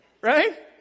Right